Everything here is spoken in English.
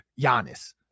Giannis